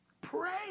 pray